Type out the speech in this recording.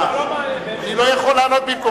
אני לא שאלתי.